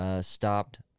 stopped